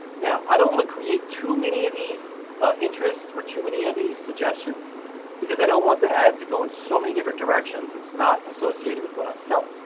now, i don't wanna create too many of these interest or too many of these suggestions because i don't want the ad to go in so many directions it's not associated with what i'm selling.